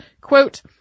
quote